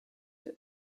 that